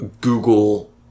Google